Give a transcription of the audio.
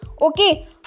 Okay